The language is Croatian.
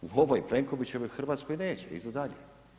U ovoj Plenkovićevoj Hrvatskoj neće, idu dalje.